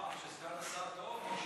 מה, שסגן השר טוב?